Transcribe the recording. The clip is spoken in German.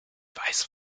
weiß